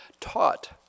taught